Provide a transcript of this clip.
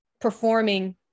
performing